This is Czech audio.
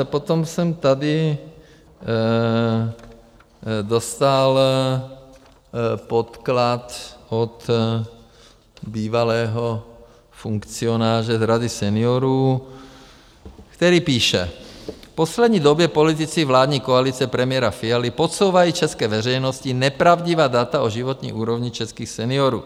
Potom jsem tady dostal podklad od bývalého funkcionáře z Rady seniorů, který píše: V poslední době politici vládní koalice premiéra Fialy podsouvají české veřejnosti nepravdivá data o životní úrovni českých seniorů.